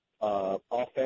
Offense